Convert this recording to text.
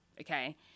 okay